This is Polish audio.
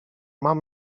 mam